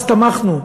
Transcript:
אז תמכנו,